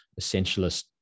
essentialist